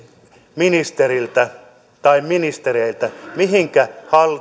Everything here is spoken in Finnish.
ministeriltä tai ministereiltä mihinkä